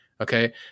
okay